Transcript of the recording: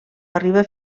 arriba